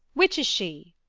which is she?